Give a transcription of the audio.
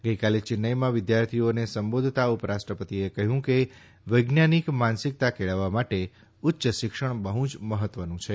ગઈકાલે ચેન્નાઈમાં વિદ્યાર્થીઓને સંબોધતા ઉપરાષ્ટ્રપતિએ કહયું કે વૈજ્ઞાનિક માનસિકતા કેળવવા માટે ઉચ્ચશિક્ષણ બહુ જ મહત્વનું બને છે